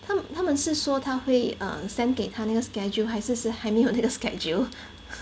他他们是说他会 err send 给他那个 scheduled 还是是还没有那个 schedule